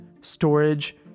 storage